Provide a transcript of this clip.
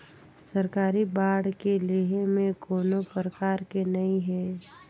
सरकारी बांड के लेहे में कोनो परकार के नइ हे